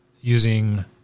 using